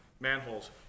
manholes